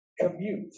commute